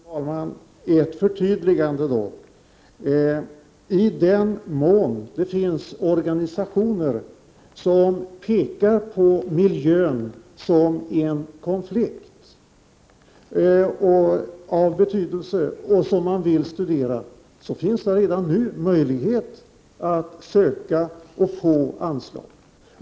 Fru talman! Låt mig göra ett förtydligande. I den mån det finns organisationer som pekar ut miljön som ett konflikthot av betydelse och något som man vill studera, kan jag nämna att det redan nu finns möjligheter att söka och få anslag för detta.